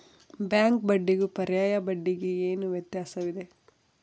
Bank ಬಡ್ಡಿಗೂ ಪರ್ಯಾಯ ಬಡ್ಡಿಗೆ ಏನು ವ್ಯತ್ಯಾಸವಿದೆ?